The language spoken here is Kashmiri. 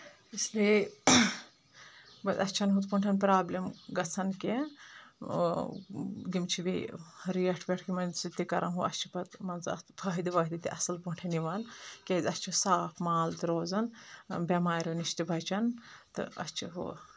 اس لیے اسہِ چھِنہٕ ہُتھ پٲٹھۍ پرابلِم گژھان کینٛہہ یِم چھِ بیٚیہِ ریٹھ ویٹھ یِمن سۭتۍ تہِ کران ہُہ اَسہِ چھِ پتہٕ مان ژٕ اتھٕ فٲہِدٕ وٲہِدٕ تہِ اَصٕل پٲٹھۍ یِوان کیازِ اَسہِ چھُ صاف مال تہِ روزان بؠماریو نِش تہِ بچان تہٕ اَسہِ چھِ ہُہ